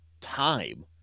time